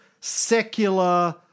secular